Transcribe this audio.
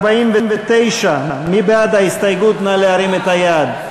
47. בעד ההסתייגות, להרים את היד.